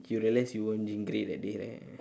you realize you weren't jean grey that day right